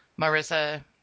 Marissa